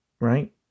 Right